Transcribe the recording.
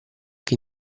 che